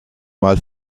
mal